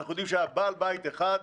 אנחנו יודעים שהיה בעל בית אחד,